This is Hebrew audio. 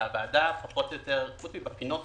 והוועדה חוץ אולי מבפינות